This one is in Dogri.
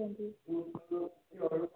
हां जी हां जी